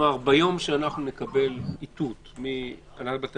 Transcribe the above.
ביום שאנחנו נקבל איתות מהנהלת בתי